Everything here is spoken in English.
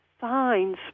signs